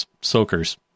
soakers